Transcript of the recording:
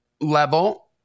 level